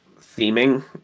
theming